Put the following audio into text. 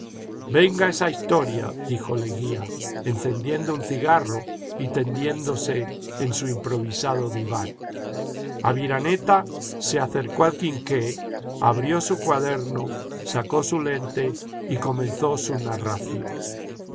venga esa historia dijo leguía encendiendo un cigarro y tendiéndose en su improvisado diván aviraneta se acercó al quinqué abrió su cuaderno sacó su lente y comenzó su narración